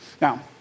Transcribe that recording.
Now